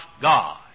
God